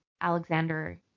Alexander